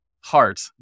heart